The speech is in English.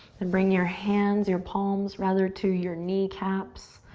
and bring your hands, your palms, rather, to your kneecaps,